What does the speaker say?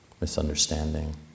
misunderstanding